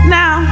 now